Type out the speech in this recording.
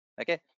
okay